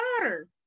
daughter